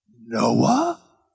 Noah